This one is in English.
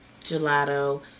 gelato